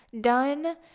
done